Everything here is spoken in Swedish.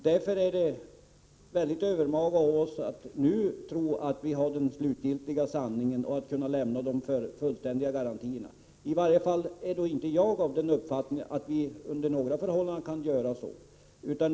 Därför är det övermaga av oss att tro att vi nu har funnit den slutgiltiga sanningen och att vi nu kan lämna de fullständiga garantierna. I varje fall är inte jag av den uppfattningen att vi under några förhållanden kan göra det.